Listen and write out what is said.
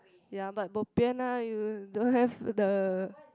ya but bo bian lah you don't have the